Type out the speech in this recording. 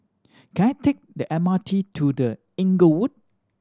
can I take the M R T to The Inglewood